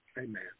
Amen